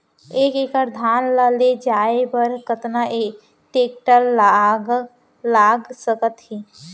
एक एकड़ धान ल ले जाये बर कतना टेकटर लाग सकत हे?